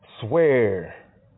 swear